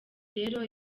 rero